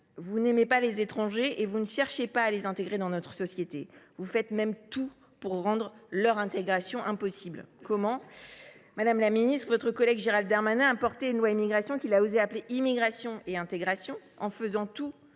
Vous n’aimez pas les étrangers et vous ne cherchez pas à les intégrer dans notre société. Vous faites même tout pour rendre leur intégration impossible. Comment ? Madame la ministre, votre collègue Gérald Darmanin a défendu une loi Immigration qu’il a osé intituler « Immigration et Intégration » alors